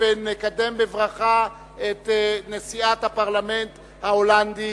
ונקדם בברכה את נשיאת הפרלמנט ההולנדי,